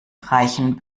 reichen